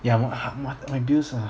ya my bills are